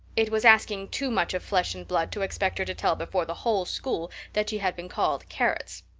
it was asking too much of flesh and blood to expect her to tell before the whole school that she had been called carrots.